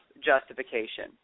justification